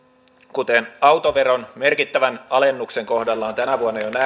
kuten autoveron merkittävän alennuksen kohdalla on tänä vuonna jo nähty